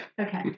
Okay